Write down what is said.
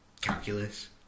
calculus